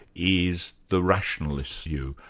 is the rationalist view.